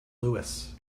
louis